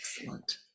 Excellent